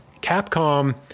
capcom